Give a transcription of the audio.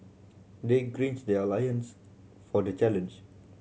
they gird their loins for the challenge